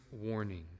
warning